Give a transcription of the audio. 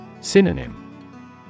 Synonym